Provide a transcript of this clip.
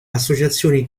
associazioni